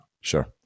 Sure